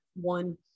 one